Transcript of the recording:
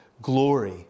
glory